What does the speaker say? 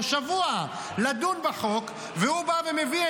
למרות המשמעת